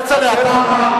כצל'ה,